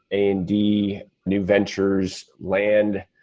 a and d new ventures, land,